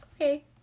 Okay